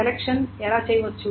selection ఎలా చేయవచ్చు